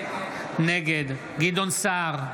נגד גדעון סער,